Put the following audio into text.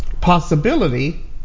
possibility